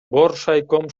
боршайком